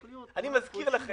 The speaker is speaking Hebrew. אני מזכיר לכם